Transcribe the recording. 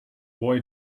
boy